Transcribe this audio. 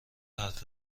حرف